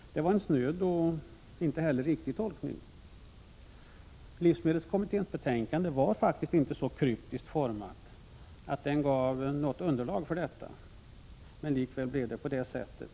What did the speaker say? Detta var en snöd och inte helt riktig tolkning. Livsmedelskommitténs betänkande var inte så kryptiskt att det gav underlag för detta. Likväl blev det på det sättet.